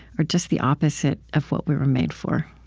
are just the opposite of what we were made for?